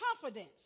confidence